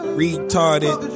retarded